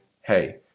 hey